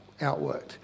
outworked